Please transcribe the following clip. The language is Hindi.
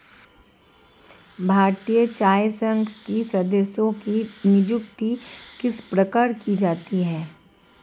भारतीय चाय संघ के सदस्यों की नियुक्ति किस प्रकार की जाती है?